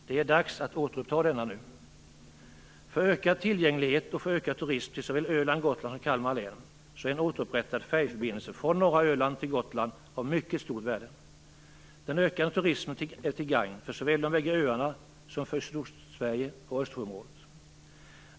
Det är dags att återuppta den nu. För en ökad tillgänglighet och för en ökad turism till såväl Öland och Gotland som Kalmar län är en återupprättad färjeförbindelse från norra Öland till Gotland av mycket stort värde. Den ökade turismen är till gagn för såväl de bägge öarna som för Sydostsverige och Östersjöområdet.